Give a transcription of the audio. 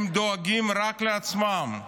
הם דואגים רק לעצמם,